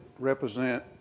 represent